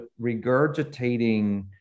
regurgitating